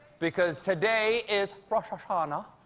because today is rosh hashanah.